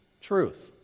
truth